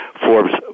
Forbes